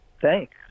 Thanks